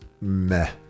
meh